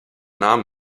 nahm